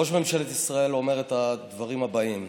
ראש ממשלת ישראל אומר את הדברים הבאים: